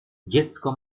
dziecko